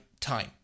time